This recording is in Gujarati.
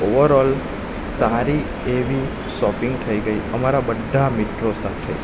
ઓવરઓલ સારી એવી શોપિંગ થઈ ગઈ અમારા બધા મિત્રો સાથે